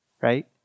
right